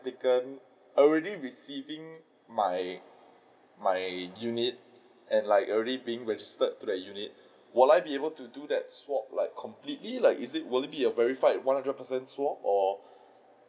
applicant already receiving my my unit and like already being registered to the unit will I be able to do that swap like completely like is it will be a verified one hundred percent swap or